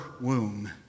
womb